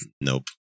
Nope